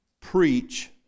preach